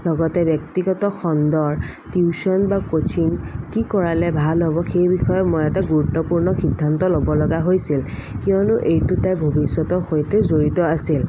লগতে ব্যক্তিগত খণ্ডৰ টিউচন বা ক'চিং কি কৰালে ভাল হ'ব সেই বিষয়ে মই এটা গুৰুত্বপূৰ্ণ সিদ্ধান্ত ল'ব লগা হৈছিল কিয়নো এইটো তাইৰ ভৱিষ্যতৰ সৈতে জড়িত আছিল